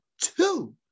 two